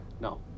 No